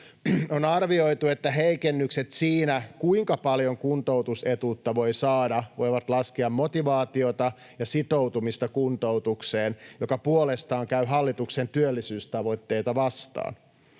On arvioitu, että heikennykset siinä, kuinka paljon kuntoutusetuutta voi saada, voivat laskea motivaatiota ja sitoutumista kuntoutukseen, joka puolestaan käy hallituksen työllisyystavoitteita vastaan.